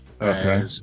Okay